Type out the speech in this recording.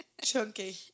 chunky